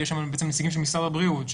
יש שם נציגים של משרד הבריאות,